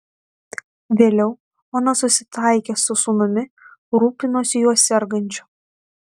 vėliau ona susitaikė su sūnumi rūpinosi juo sergančiu